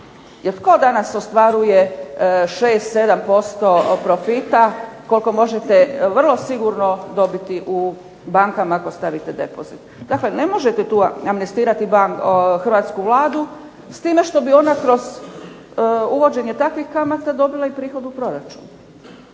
jer tko danas ostvaruje 6, 7% profita koliko možete vrlo sigurno dobiti u bankama ako stavite depozit. Dakle, ne možete tu amnestirati hrvatsku Vladu s time što bi ona kroz uvođenje takvih kamata dobila i prihod u proračunu.